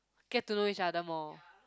get to know each other more